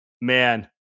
man